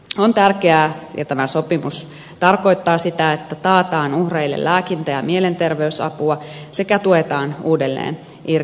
on tärkeää ja tämä sopimus tarkoittaa sitä että taataan uhreille lääkintä ja mielenter veysapua sekä tuetaan uudelleen integroitumista